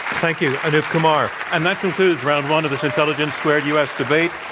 thank you, anoop kumar. and that concludes round one of this intelligence squared u. s. debate,